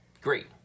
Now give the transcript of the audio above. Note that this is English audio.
great